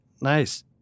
Nice